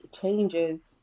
changes